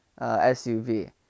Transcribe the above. SUV